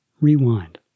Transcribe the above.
rewind